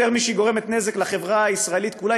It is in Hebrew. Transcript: יותר משהיא גורמת נזק לחברה הישראלית כולה,